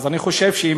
אני חושב שאם